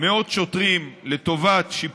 דווקא את צריכה לתמוך בזה,